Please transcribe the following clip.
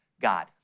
God